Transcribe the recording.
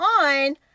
on